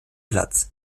platz